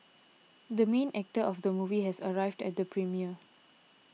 the main actor of the movie has arrived at the premiere